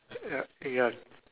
ya ya